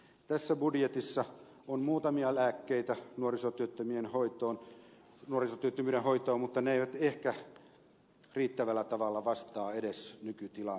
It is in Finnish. tässä budjetissa on muutamia lääkkeitä nuorisotyöttömyyden hoitoon mutta ne eivät ehkä riittävällä tavalla vastaa edes nykytilanteeseen